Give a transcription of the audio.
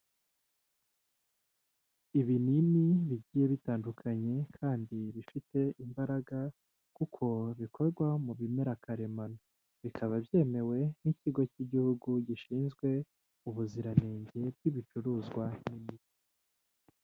Ibinini bigiye bitandukanye kandi bifite imbaraga, kuko bikorwa mu bimera karemano bikaba byemewe n'ikigo cy'igihugu gishinzwe ubuziranenge bw'ibicuruzwa.